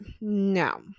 No